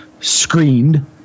screened